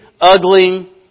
ugly